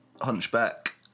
Hunchback